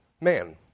man